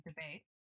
debate